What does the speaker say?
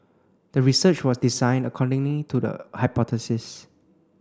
the research was designed accordingly to the hypothesis